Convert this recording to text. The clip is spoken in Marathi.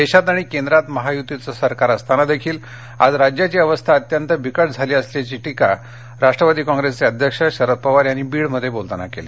देशात आणि केंद्रात महायुतीचे सरकार असताना देखील आज राज्याची अवस्था अत्यंत बिकट झाली असल्याची टीका राष्ट्रवादी काँग्रेसचे अध्यक्ष शरद पवार यांनी बीडमध्ये बोलताना केली